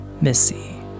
Missy